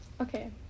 Okay